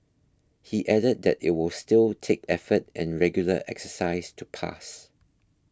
he added that it will still take effort and regular exercise to pass